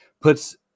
puts